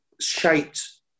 shaped